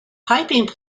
piping